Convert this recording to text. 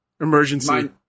emergency